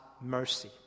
mercy